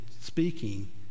speaking